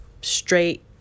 straight